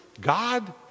God